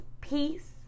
peace